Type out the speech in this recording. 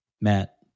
matt